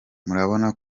murabona